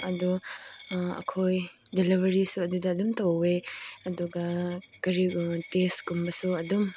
ꯑꯗꯨ ꯑꯩꯈꯣꯏ ꯗꯦꯂꯤꯚꯔꯤꯁꯨ ꯑꯗꯨꯗ ꯑꯗꯨꯝ ꯇꯧꯋꯦ ꯑꯗꯨꯒ ꯀꯔꯤ ꯇꯦꯁꯀꯨꯝꯕꯁꯨ ꯑꯗꯨꯝ